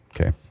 Okay